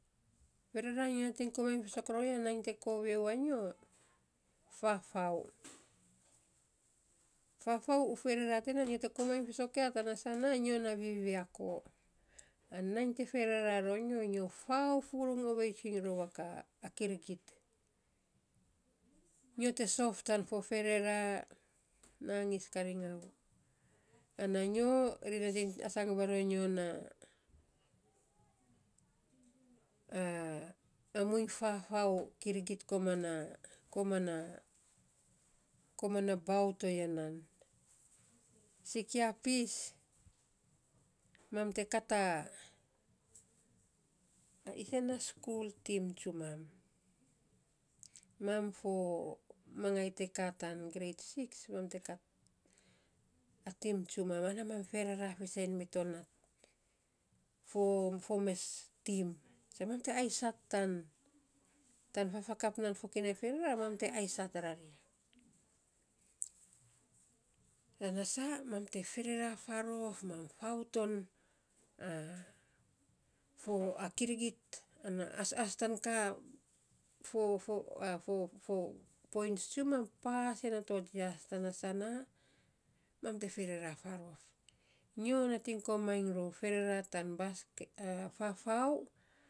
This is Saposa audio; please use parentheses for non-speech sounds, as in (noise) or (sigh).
Ferere nyo nating konainy fiisok rou ya, nainy te kovio a nyo, fafau, fafau u ferera tiya nyo te komainy fiisok ya tana sana nyo na viviako. An nainy te ferera ro nyo, nyo fau furung tsuiny rou a ka, a kirigit. Nyo te sof tan fo ferera, nangis karing au. Ana nyo, ri nating asang varanyyo naa (hesitation) a muiny fafau. Kirigit koman na koman na, koman a bau toya nan. Sikia pis, mam te kat a a isen a skul tim tsunam. Mam fo mangai te kaa tan greit six ma te kat a tim tsumam, ana mam ferera fiisen mito nat fo fo mes tim. Sa mat te aisait tan tan fafakap nan fokinai ferera, mam te aisait rari (noise) tana saa mam te ferera farof, mam fau ton (hesitation) fo a kirigit, an a asas tan ka, fo fo a fofo a fo fo points, tsumam pas en nato jias, tana sana mam te ferera farof. nyo nating komainy rou ferera tan (hesitation) a fafou.